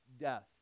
death